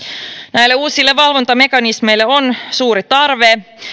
näille uusille valvontamekanismeille on suuri tarve